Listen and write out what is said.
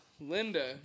Linda